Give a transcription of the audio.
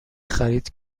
خرید